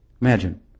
Imagine